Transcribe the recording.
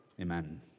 Amen